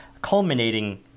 culminating